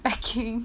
packing